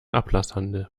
ablasshandel